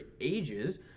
ages